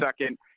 second